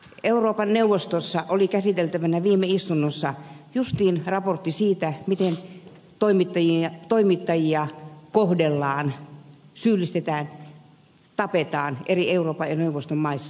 euroopan neuvostossa oli käsiteltävänä juuri viime istunnossa raportti siitä miten toimittajia kohdellaan syyllistetään tapetaan eri euroopan neuvoston maissa